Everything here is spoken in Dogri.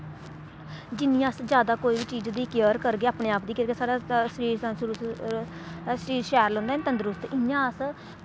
जिन्नी अस जैदा कोई बी चीज दी केयर करगे अपनी आप दी केयर करगे साढ़ा शरीर तंदरुस्त शरीर शैल रौंह्दा निं तंदरुस्त इ'यां अस